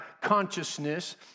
consciousness